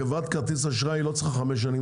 חברת כרטיסי אשראי לא צריכה חמש שנים,